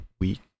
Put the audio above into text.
week